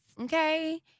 Okay